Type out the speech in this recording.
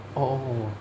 orh orh